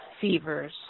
fevers